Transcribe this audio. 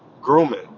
grooming